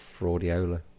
Fraudiola